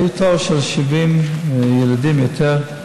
היה תור של 70 ילדים, או יותר,